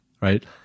Right